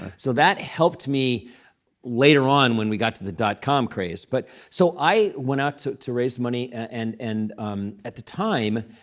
so that helped me later on, when we got to the dot-com craze. but so i went out to to raise money. and and at the time,